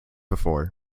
before